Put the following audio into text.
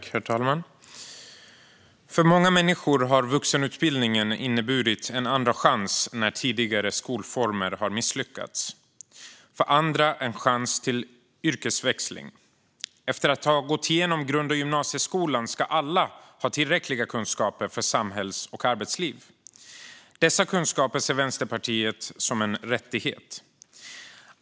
Herr talman! För många människor har vuxenutbildningen inneburit en andra chans när tidigare skolformer har misslyckats, för andra en chans till yrkesväxling. Efter att ha gått igenom grund och gymnasieskolan ska alla ha tillräckliga kunskaper för samhälls och arbetsliv. Dessa kunskaper ser Vänsterpartiet som en rättighet.